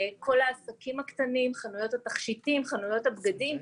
חנויות התכשיטים, חנויות הבגדים.